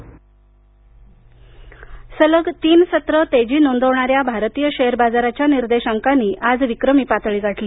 share बाजार सलग तीन सत्रे तेजी नोंदवणाऱ्या भारतीय शेअर बाजाराच्या निर्देशांकानी आज विक्रमी पातळी गाठली